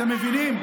אתם מבינים?